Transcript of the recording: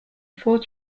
four